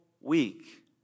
week